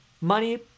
money